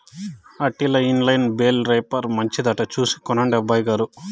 ఆటిల్ల inline bale wrapper మంచిదట చూసి కొనండి అబ్బయిగారు